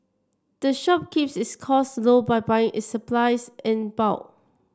the shop keeps its costs low by buying its supplies in bulk